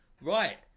right